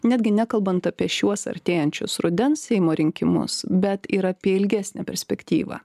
netgi nekalbant apie šiuos artėjančius rudens seimo rinkimus bet ir apie ilgesnę perspektyvą